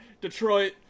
detroit